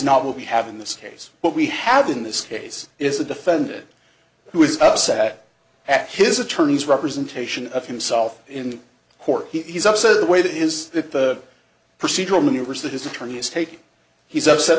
not what we have in this case what we have in this case is a defendant who is upset at his attorney's representation of himself in court he's upset at the way that is the procedural maneuvers that his attorney is taking he's upset